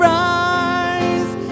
rise